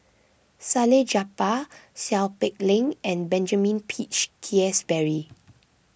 Salleh Japar Seow Peck Leng and Benjamin Peach Keasberry